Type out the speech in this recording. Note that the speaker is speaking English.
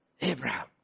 Abraham